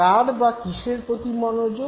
কার বা কীসের প্রতি মনোযোগ